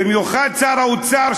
במיוחד שר האוצר,